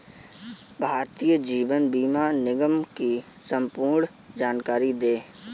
भारतीय जीवन बीमा निगम की संपूर्ण जानकारी दें?